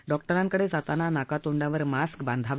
डॉक्टरांकडज्ञाताना नाकातोंडावर मास्क बांधावा